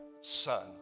Son